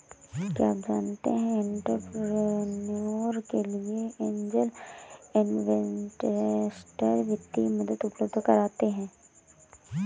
क्या आप जानते है एंटरप्रेन्योर के लिए ऐंजल इन्वेस्टर वित्तीय मदद उपलब्ध कराते हैं?